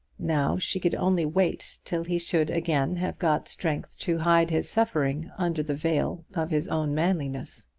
now she could only wait till he should again have got strength to hide his suffering under the veil of his own manliness.